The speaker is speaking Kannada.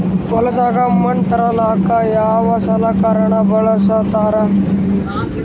ಹೊಲದಾಗ ಮಣ್ ತರಲಾಕ ಯಾವದ ಸಲಕರಣ ಬಳಸತಾರ?